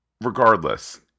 Regardless